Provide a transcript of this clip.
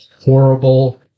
horrible